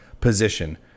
position